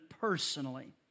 Personally